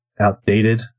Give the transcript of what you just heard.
outdated